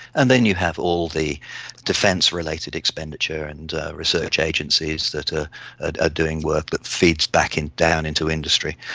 and then you have all the defence related expenditure and research agencies that are ah doing work that feeds back and down into industry.